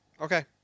Okay